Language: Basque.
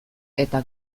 eta